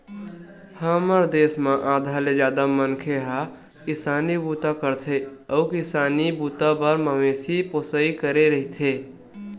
हमर देस म आधा ले जादा मनखे ह किसानी बूता करथे अउ किसानी बूता बर मवेशी पोसई करे रहिथे